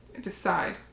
decide